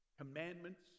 commandments